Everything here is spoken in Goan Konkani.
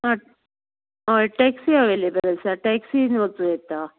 हय टॅक्सि अवेलेबल आसा टॅक्सिन वचूं येता